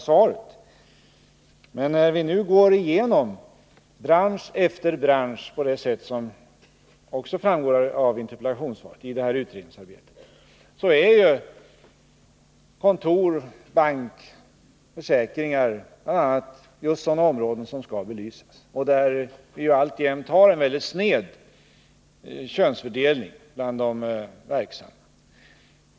När vi nu i det här utredningsarbetet går igenom bransch efter bransch på det sätt som anges i svaret, så är kontor, banker och försäkringar just sådana områden som skall belysas. I dessa branscher har vi alltjämt en mycket sned könsfördelning bland de verksamma.